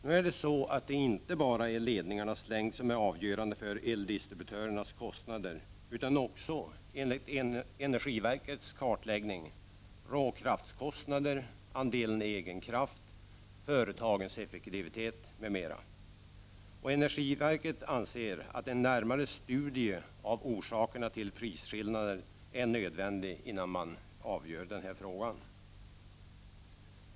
Det är emellertid inte bara ledningarnas längd som är avgörande för eldistributörens kostnader utan också, enligt energiverkets kartläggning, råkraftskostnader, andelen egen kraft, företagens effektivitet, m.m. Energiverket anser att en närmare studie av orsakerna till prisskillnaderna är nödvändig innan frågan avgörs.